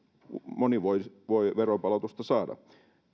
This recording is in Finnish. moni voi veronpalautusta saada